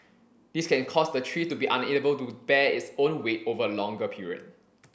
these can cause the tree to be unable to bear its own weight over a longer period